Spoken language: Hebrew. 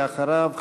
ואחריו,